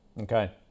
Okay